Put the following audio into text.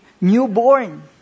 newborn